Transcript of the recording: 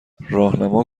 راهنما